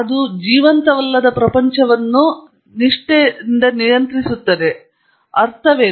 ಅದು ಜೀವಂತವಲ್ಲದ ಪ್ರಪಂಚವನ್ನು ನಷ್ಟದಿಂದ ನಿಯಂತ್ರಿಸಲಾಗುತ್ತದೆ ಅದು ಅರ್ಥವೇನು